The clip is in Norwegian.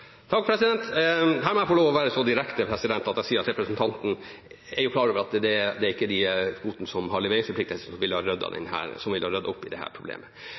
Her må jeg få lov til å være så direkte at jeg sier at representanten er jo klar over at det ikke er de kvotene som har leveringsforpliktelser som ville ha ryddet opp i dette problemet. Vi fremmet i